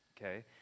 okay